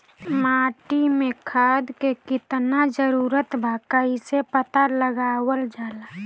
माटी मे खाद के कितना जरूरत बा कइसे पता लगावल जाला?